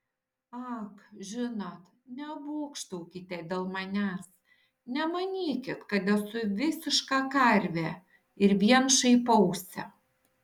ak žinot nebūgštaukite dėl manęs nemanykit kad esu visiška karvė ir vien šaipausi